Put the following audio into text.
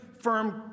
firm